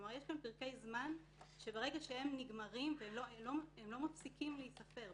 כלומר ברגע שהם נגמרים הם לא מפסיקים להיספר.